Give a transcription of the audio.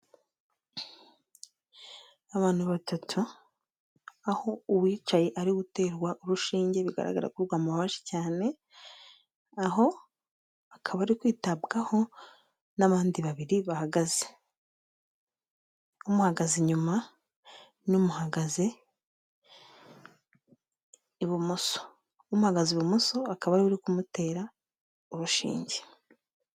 Abantu batatu aho uwicaye ari guterwa urushinge bigaragara ko rwamababaje cyane aho akaba ari kwitabwaho n'abandi babiri bahagaze umuhagaze inyuma n'umuhagaze ibumoso uhagaze ibumoso akaba ariwe uri kumutera urushinge.